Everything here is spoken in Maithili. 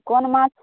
कोन माछ